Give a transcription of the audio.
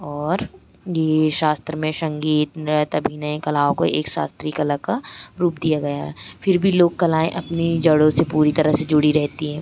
और ये शास्त्र में संगीत नृत्य अभिनय कलाओं को एक शास्त्रीय कला का रूप दिया गया है फिर भी लोक कलाएँ अपनी जड़ों से पूरी तरह से जुड़ी रहती हैं